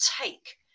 take